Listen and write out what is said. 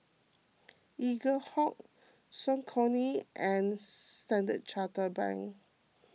Eaglehawk Saucony and Standard Chartered Bank